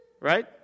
right